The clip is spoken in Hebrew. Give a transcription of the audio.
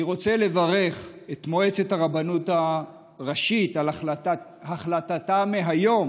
אני רוצה לברך את מועצת הרבנות הראשית על החלטתה מהיום